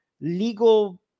legal